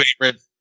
favorite